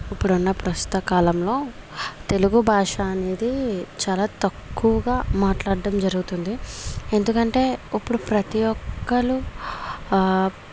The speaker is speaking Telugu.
ఇప్పుడున్న ప్రస్తుత కాలంలో తెలుగు భాష అనేది చాలా తక్కువగా మాట్లాడడం జరుగుతుంది ఎందుకంటే ఇప్పుడు ప్రతీ ఒక్కరు